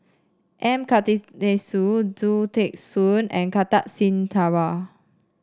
M Karthigesu Khoo Teng Soon and Kartar Singh Thakral